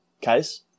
case